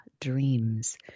dreams